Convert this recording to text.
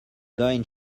going